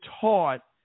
taught